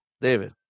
David